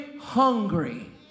hungry